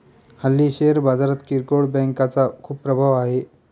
हल्ली शेअर बाजारात किरकोळ बँकांचा खूप प्रभाव आहे